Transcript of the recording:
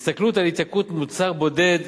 הסתכלות על התייקרות של מוצר בודד,